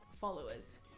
followers